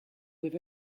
with